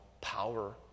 power